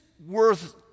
Worth